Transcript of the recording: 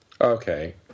Okay